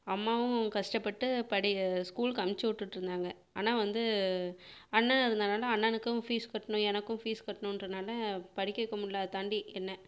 அம்மாவும் கஷ்டப்பட்டு படி ஸ்கூலுக்கு அனுப்பிச்சு விட்டுட்டிருந்தாங்க ஆனால் வந்து அண்ணன் இருந்தனால் அண்ணனுக்கும் ஃபீஸ் கட்டணும் எனக்கும் ஃபீஸ் கட்டணும்கிறதுனால படிக்க வைக்க முடியலை அதைத்தாண்டி என்னை